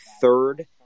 third